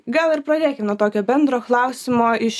gal ir pradėkim nuo tokio bendro klausimo iš